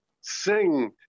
sing